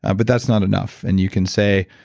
and but that's not enough and you can say,